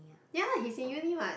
ya he's in uni what